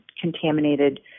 contaminated